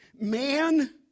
Man